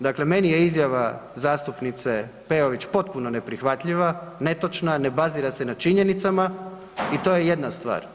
Dakle, meni je izjava zastupnice Peović potpuno neprihvatljiva, netočna, ne bazira se na činjenicama i to je jedna stvar.